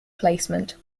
placement